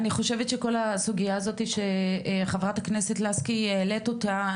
אני חושבת שכל הסוגייה הזאת שחה"כ לסקי העלתה אותה,